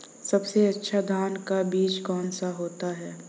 सबसे अच्छा धान का बीज कौन सा होता है?